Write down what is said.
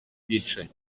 bwicanyi